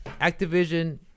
activision